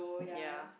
ya